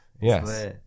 Yes